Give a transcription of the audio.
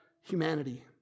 humanity